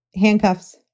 handcuffs